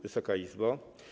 Wysoka Izbo!